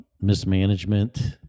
mismanagement